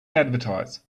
advertise